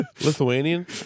Lithuanian